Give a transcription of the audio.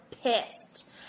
pissed